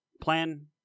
plan